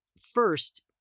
First